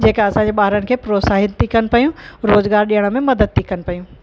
जेका असांजे ॿारनि खे प्रोत्साहित थी कयनि पयूं रोज़गारु ॾियण में मदद थी कनि पयूं